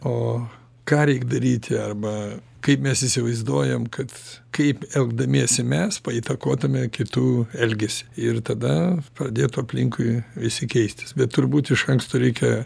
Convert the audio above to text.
o ką reik daryti arba kaip mes įsivaizduojam kad kaip elgdamiesi mes įtakotame kitų elgesį ir tada pradėtų aplinkui visi keistis bet turbūt iš anksto reikia